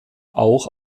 auch